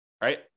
right